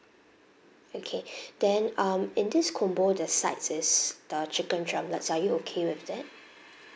okay then um in this combo the sides is the chicken drumlets are you okay with them